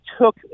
took